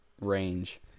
range